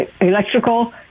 electrical